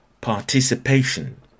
participation